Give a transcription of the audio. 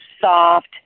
soft